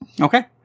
Okay